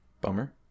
bummer